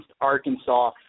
Arkansas